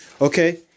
Okay